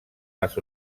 les